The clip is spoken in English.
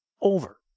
over